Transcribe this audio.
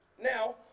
Now